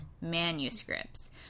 manuscripts